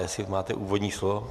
Jestli máte úvodní slovo?